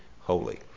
holy